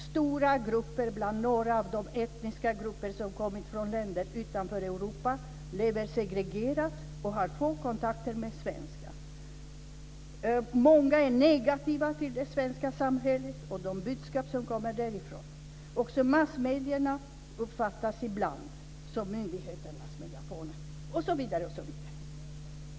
Stora delar av några av de etniska grupper som har kommit från länder utanför Europa lever segregerat och har få kontakter med svenskan. Många är negativa till det svenska samhället och de budskap som kommer därifrån. Också massmedierna uppfattas ibland som myndigheternas megafoner. Så fortsätter det.